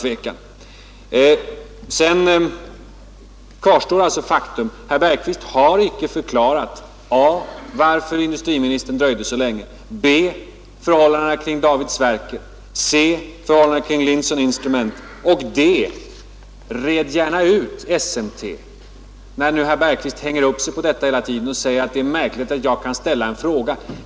Faktum kvarstår alltså: Herr Bergqvist har icke förklarat: a) varför industriministern dröjde så länge, Red gärna ut detta med SMT, när nu herr Bergqvist hänger upp sig på detta hela tiden och säger att det är märkligt att jag kan ställa en fråga.